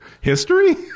history